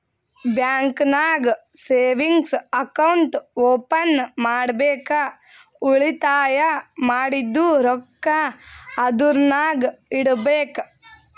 bank ನಾಗ್ savings account open ಮಾಡ್ಬೇಕ ಉಳಿತಾಯ ಮಾಡಿದ್ದು ರೊಕ್ಕಾ ಅದುರ್ನಾಗ್ ಇಡಬೇಕ್